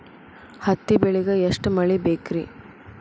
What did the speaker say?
ಹತ್ತಿ ಬೆಳಿಗ ಎಷ್ಟ ಮಳಿ ಬೇಕ್ ರಿ?